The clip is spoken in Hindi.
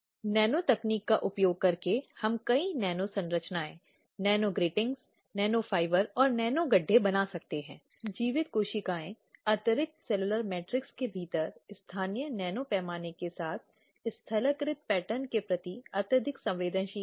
अब जो भी स्थिति है उसके आधार पर रिपोर्ट लेखन के बाद अब शिकायत की प्रकृति के आधार पर यदि शिकायत जो कथित रूप से और अंततः स्थापित की गई है बहुत गंभीर है